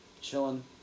chilling